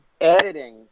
editing